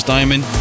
Diamond